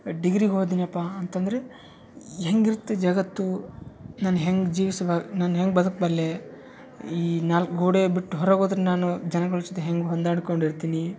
ಡಿಗ್ರಿಗೆ ಹೋದಿನ್ಯಪ್ಪಾ ಅಂತಂದರೆ ಹೇಗಿರುತ್ತೆ ಜಗತ್ತು ನಾನು ಹೆಂಗೆ ಜೀವಿಸ್ಬ ನಾನು ಹೆಂಗೆ ಬದಕಬಲ್ಲೆ ಈ ನಾಲ್ಕು ಗೋಡೆ ಬಿಟ್ಟು ಹೊರಗೆ ಹೋದ್ರೆ ನಾನು ಜನಗಳ ಜೊತೆ ಹೆಂಗೆ ಹೊಂದಾಡ್ಕೊಂಡು ಇರ್ತೀನಿ